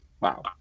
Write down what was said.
Wow